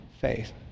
faith